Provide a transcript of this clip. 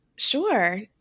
Sure